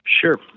Sure